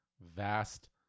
vast